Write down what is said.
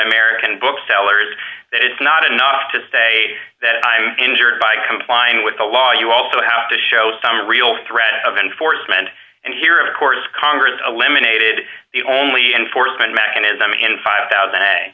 american booksellers that it's not enough to say that i'm injured by complying with the law you also have to show some real threat of enforcement and here of course congress eliminated the only enforcement mechanism in five thousand